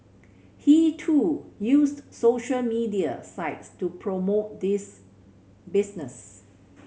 he too used social media sites to promote this business